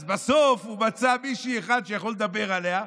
אז בסוף הוא מצא מישהי אחת שהוא יכול לדבר עליה,